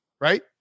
right